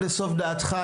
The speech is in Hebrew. דעתך,